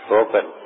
open